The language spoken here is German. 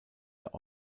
der